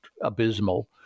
abysmal